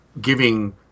giving